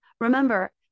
Remember